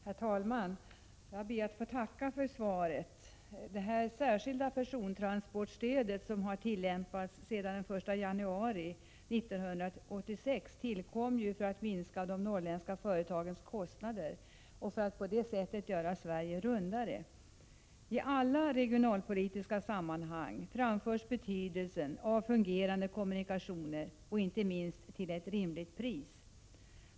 Herr talman! Jag ber att få tacka för svaret. Det särskilda persontransportstödet, som har tillämpats sedan den 1 januari 1986, tillkom för att minska de norrländska företagens kostnader och för att på det sättet göra Sverige rundare. I alla regionalpolitiska sammanhang framförs betydelsen av fungerande kommunikationer och inte minst av kommunikationer till ett rimligt pris.